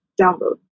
download